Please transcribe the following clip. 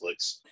Netflix